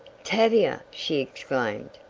tavia! she exclaimed.